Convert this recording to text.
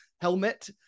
helmet